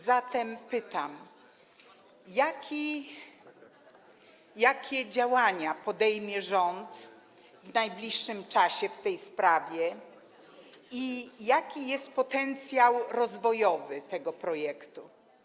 Zatem pytam: Jakie działania podejmie rząd w najbliższym czasie w tej sprawie i jaki jest potencjał rozwojowy tego projektu?